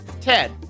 Ted